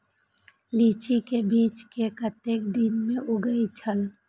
लीची के बीज कै कतेक दिन में उगे छल?